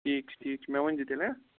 ٹھیٖک چھُ ٹھیٖک چھُ مےٚ ؤنزیٚو تیٚلہِ ہہ